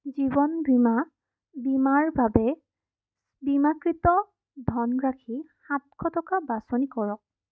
জীৱন বীমা বীমাৰ বাবে বীমাকৃত ধনৰাশি সাতশ টকা বাছনি কৰক